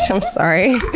i'm sorry.